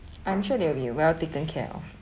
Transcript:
I'm sure they will be well taken care of